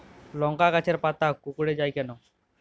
লংকা গাছের পাতা কুকড়ে যায় কেনো?